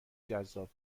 جذاب